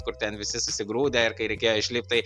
kur ten visi susigrūdę ir kai reikėjo išlipt tai